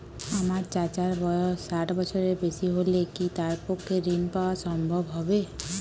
আমার চাচার বয়স ষাট বছরের বেশি হলে কি তার পক্ষে ঋণ পাওয়া সম্ভব হবে?